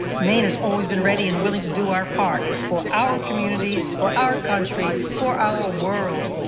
maine has always been ready and willing to do our part for our communities, for our country, for our world.